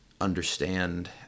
understand